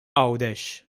għawdex